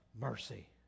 mercy